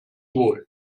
wohl